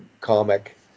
comic